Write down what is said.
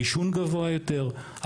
העישון גבוה יותר,